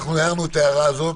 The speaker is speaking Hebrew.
אנחנו הערנו את הערתנו,